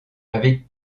avec